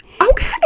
okay